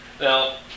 Now